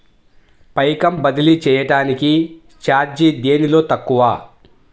పైకం బదిలీ చెయ్యటానికి చార్జీ దేనిలో తక్కువ?